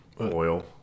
Oil